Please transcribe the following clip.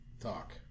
talk